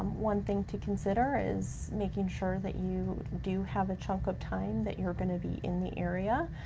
one thing to consider is making sure that you do have a chunk of time that you're gonna be in the area.